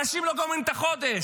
אנשים לא גומרים את החודש